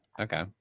Okay